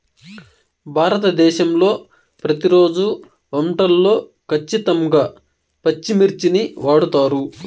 భారతదేశంలో ప్రతిరోజు వంటల్లో ఖచ్చితంగా పచ్చిమిర్చిని వాడుతారు